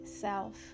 self